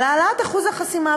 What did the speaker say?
על העלאת אחוז החסימה,